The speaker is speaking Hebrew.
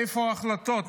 איפה ההחלטות?